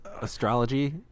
Astrology